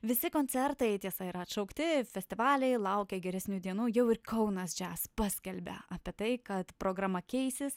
visi koncertai tiesa yra atšaukti festivaliai laukia geresnių dienų jau ir kaunas džiaz paskelbia apie tai kad programa keisis